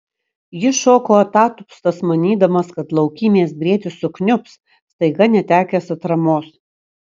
jis šoko atatupstas manydamas kad laukymės briedis sukniubs staiga netekęs atramos